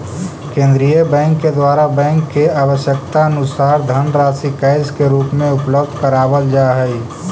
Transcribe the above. केंद्रीय बैंक के द्वारा बैंक के आवश्यकतानुसार धनराशि कैश के रूप में उपलब्ध करावल जा हई